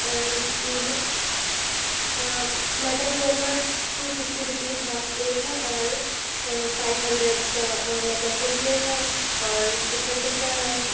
mutton korma two fifty rupees half plate ہے اور five hundred کا مطلب فل پلیٹ ہے اور چکن ٹکا ہے